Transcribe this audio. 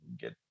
get